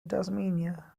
tasmania